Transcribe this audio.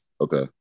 Okay